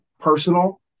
personal